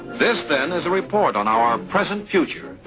this, then, is a report on our present future,